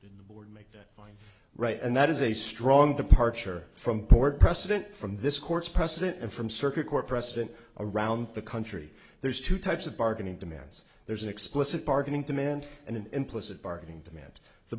the board make it right and that is a strong departure from court precedent from this court's precedent and from circuit court precedent around the country there's two types of bargaining demands there's an explicit bargaining demand and an implicit barking demand the